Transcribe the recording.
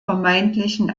vermeintlichen